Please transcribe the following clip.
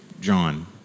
John